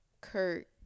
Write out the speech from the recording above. Kurt